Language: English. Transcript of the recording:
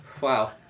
Wow